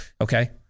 Okay